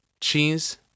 cheese